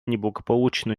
неблагополучную